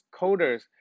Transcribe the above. coders